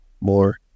more